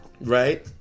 right